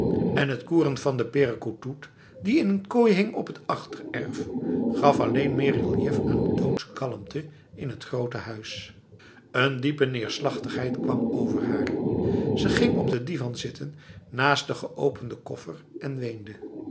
en het koeren van de perkoetoet die in een kooi hing op het achtererf gaf alleen meer reliëf aan de doodse kalmte in het grote huis een diepe neerslachtigheid kwam over haar ze ging op de divan zitten naast de geopende koffer en weende